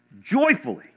joyfully